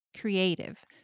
creative